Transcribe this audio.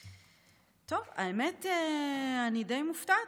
טוב, האמת, אני די מופתעת.